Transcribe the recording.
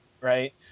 right